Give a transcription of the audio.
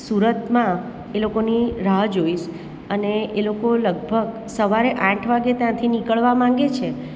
સુરતમાં એ લોકોની રાહ જોઇશ અને એ લોકો લગભગ સવારે આઠ વાગ્યે ત્યાંથી નીકળવા માગે છે